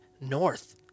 north